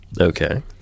Okay